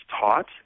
taught